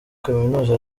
kaminuza